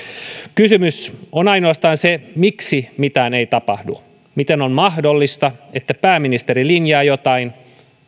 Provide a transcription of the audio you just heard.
kysymys on ainoastaan siitä miksi mitään ei tapahdu miten on mahdollista että pääministeri linjaa jotain